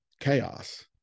chaos